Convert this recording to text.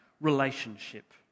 relationship